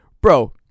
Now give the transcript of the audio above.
Bro